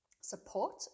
support